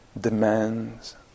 demands